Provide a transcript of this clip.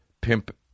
pimp